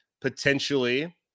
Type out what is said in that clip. potentially